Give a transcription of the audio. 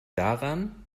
daran